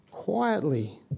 Quietly